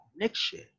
connection